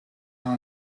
aan